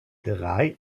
drei